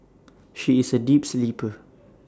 she is A deep sleeper